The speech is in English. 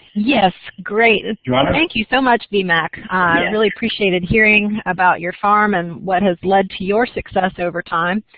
yes, great. and um thank you so much, v. mac. i really appreciated hearing about your farm and what has led to your success over time.